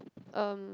um